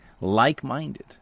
like-minded